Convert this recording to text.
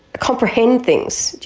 comprehend things.